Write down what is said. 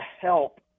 help